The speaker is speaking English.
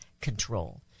control